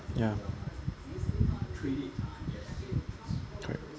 ya correct